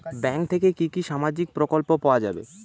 Bank থেকে কি কি সামাজিক প্রকল্প পাওয়া যাবে?